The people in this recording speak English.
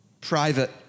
private